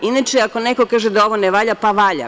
Inače, ako neko kaže da ovo ne valja, pa valja.